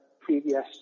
previous